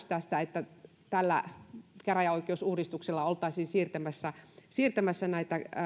tästä päätöksestä että tällä käräjäoikeusuudistuksella oltaisiin siirtämässä siirtämässä näitä